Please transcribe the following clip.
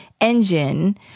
engine